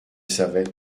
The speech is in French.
savait